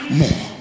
more